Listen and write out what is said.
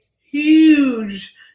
huge